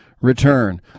return